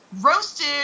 Roasted